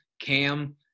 Cam